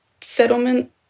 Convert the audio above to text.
settlement